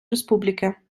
республіки